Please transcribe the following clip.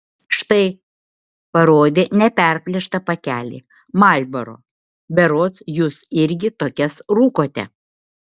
štai parodė nepraplėštą pakelį marlboro berods jūs irgi tokias rūkote